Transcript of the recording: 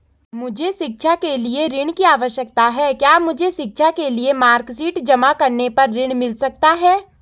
मुझे शिक्षा के लिए ऋण की आवश्यकता है क्या मुझे शिक्षा के लिए मार्कशीट जमा करने पर ऋण मिल सकता है?